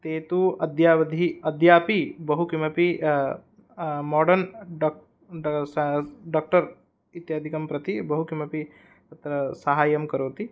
ते तु अद्यावधि अद्यापि बहु किमपि मोडर्न् डो स् डोक्टर् इत्यादिकं प्रति बहु किमपि तत्र साहाय्यं करोति